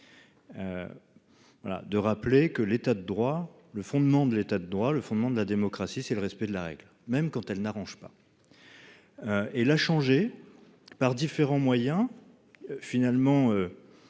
de rappeler que l'état de droit. Le fondement de l'État de droit. Le fondement de la démocratie, c'est le respect de la règle même quand elle n'arrange pas. Et la changer par différents moyens. Finalement.